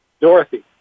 Dorothy